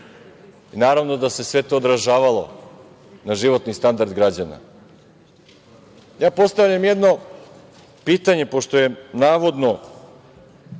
i naravno da se sve to odražavalo na životni standard građana? Ja postavljam jedno pitanje, pošto je navodno